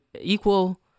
equal